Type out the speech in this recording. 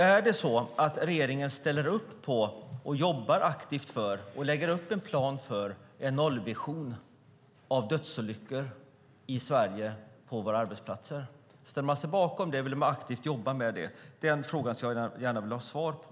Är det så att regeringen ställer upp på, jobbar aktivt för och lägger upp en plan gällande en nollvision för dödsolyckor på våra arbetsplatser? Ställer sig regeringen bakom det och vill jobba aktivt för det? Det skulle jag gärna vilja ha svar på.